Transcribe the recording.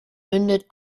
mündet